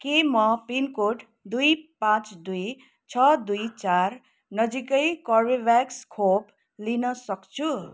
के म पिनकोड दुई पाँच दुई छ दुई चार नजिकै कर्बेभ्याक्स खोप लिन सक्छु